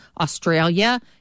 Australia